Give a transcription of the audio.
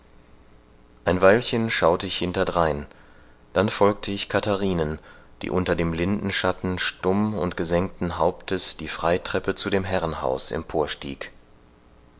ein weilchen schaute ich hintendrein dann folgte ich katharinen die unter dem lindenschatten stumm und gesenkten hauptes die freitreppe zu dem herrenhaus